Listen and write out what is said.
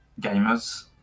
gamers